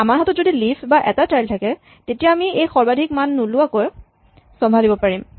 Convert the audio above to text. আমাৰ হাতত যদি লিফ বা এটা চাইল্ড থাকে তেতিয়া আমি এই সৰ্বাধিক মান নোলোৱাকৈয়ে চম্ভালিব পাৰিম